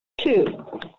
Two